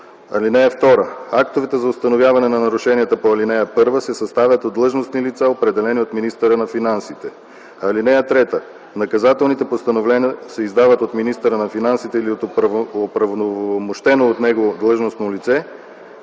лв. (2) Актовете за установяване на нарушенията по ал. 1 се съставят от длъжностни лица, определени от министъра на финансите. (3) Наказателните постановления се издават от министъра на финансите или от оправомощено от него длъжностно лице.